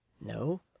No